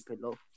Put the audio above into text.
pillow